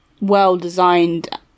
well-designed